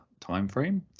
timeframe